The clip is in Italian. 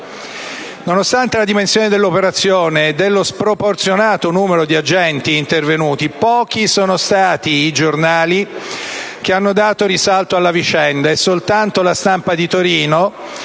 Nonostante la dimensione dell'operazione e dello sproporzionato numero di agenti intervenuti, pochi sono stati i giornali che hanno dato risalto alla vicenda. Soltanto «La Stampa» di Torino,